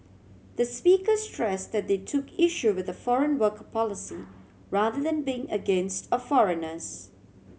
the speaker stress that they took issue with the foreign worker policy rather than being against or foreigners